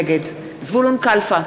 נגד זבולון קלפה,